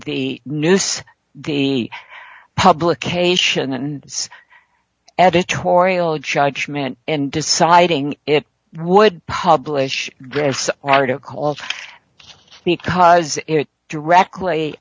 the noose the publication and editorial judgment and deciding it would publish this article because it directly